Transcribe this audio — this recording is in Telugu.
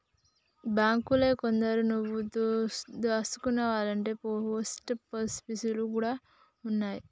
బాంకులే కాదురో, నువ్వు దాసుకోవాల్నంటే పోస్టాపీసులు గూడ ఉన్నయ్